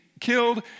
killed